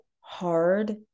hard